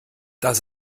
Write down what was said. das